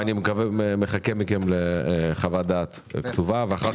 אני מחכה לקבל מכם חוות דעת כתובה ואחר